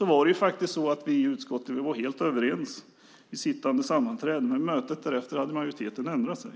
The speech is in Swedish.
var det faktiskt så att vi i utskottet var helt överens i sittande sammanträde. Vid mötet därefter hade majoriteten ändrat sig.